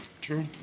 True